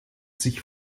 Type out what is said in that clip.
sich